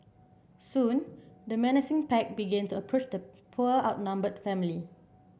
soon the menacing pack began to approach the poor outnumbered family